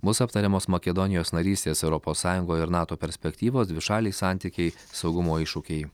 bus aptariamos makedonijos narystės europos sąjungoj ir nato perspektyvos dvišaliai santykiai saugumo iššūkiai